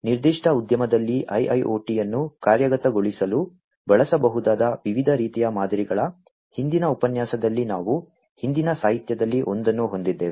ನಿರ್ದಿಷ್ಟ ಉದ್ಯಮದಲ್ಲಿ IIoT ಅನ್ನು ಕಾರ್ಯಗತಗೊಳಿಸಲು ಬಳಸಬಹುದಾದ ವಿವಿಧ ರೀತಿಯ ಮಾದರಿಗಳ ಹಿಂದಿನ ಉಪನ್ಯಾಸದಲ್ಲಿ ನಾವು ಹಿಂದಿನ ಸಾಹಿತ್ಯದಲ್ಲಿ ಒಂದನ್ನು ಹೊಂದಿದ್ದೇವೆ